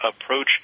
approach